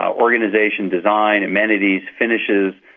organisation, design, amenities, finishes,